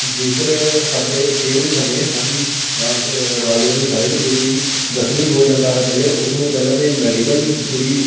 ਜੇਕਰ ਸਾਡੇ ਖੇਡਦੇ ਸਮੇਂ ਸਾਡੀ ਰਾਜ ਵਾਲੀ ਸਾਈਡ ਜੇ ਕੋਈ ਜ਼ਖਮੀ ਹੋ ਜਾਂਦਾ ਹੈ ਪਲੇਅਰ ਉਸ ਨੂੰ ਪਹਿਲਾਂ ਤਾਂ ਮੈਡੀਕਲ ਜਿਹੜੀ